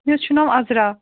مےٚ حظ چھُ ناو عزرا